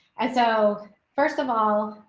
and so first of all,